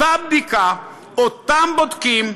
אותה בדיקה, אותם בודקים,